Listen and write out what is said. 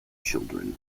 children